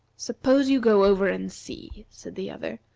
suppose you go over and see, said the other.